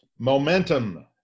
Momentum